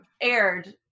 aired